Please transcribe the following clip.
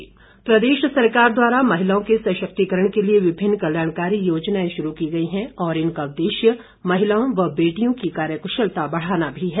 सरवीण प्रदेश सरकार द्वारा महिलाओं के सशक्तिकरण के लिए विभिन्न कल्याणकारी योजनाएं शुरू की गई हैं और इनका उद्देश्य महिलाओं व बेटियों की कार्य कुशलता बढ़ाना भी है